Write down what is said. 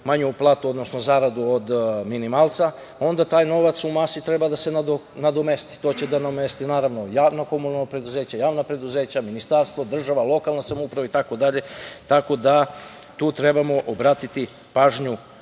manju platu, odnosno zaradu od minimalca onda taj novac u masi treba da se nadomesti. To će da nadomesti, naravno, javno komunalno preduzeće, javna preduzeća, ministarstvo, država, lokalna samouprava itd. Tako da tu trebamo obratiti pažnju